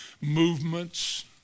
movements